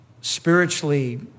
spiritually